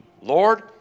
Lord